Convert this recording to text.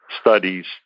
studies